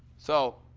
so,